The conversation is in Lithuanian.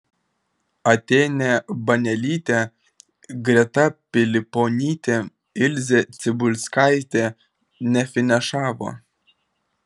atėnė banelytė greta piliponytė ilzė cibulskaitė nefinišavo